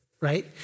right